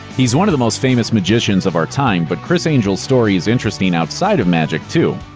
he's one of the most famous magicians of our time, but criss angel's story is interesting outside of magic, too.